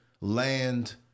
land